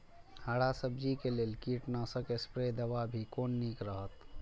हरा सब्जी के लेल कीट नाशक स्प्रै दवा भी कोन नीक रहैत?